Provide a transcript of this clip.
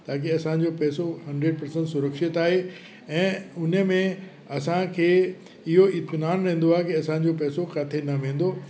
ताकी असांजो पैसो हंड्रेड परसेंट सुरक्षित आहे ऐं हुन में असांखे इहो इत्मीनान रहंदो आहे की असांजो पैसो किथे न वेंदो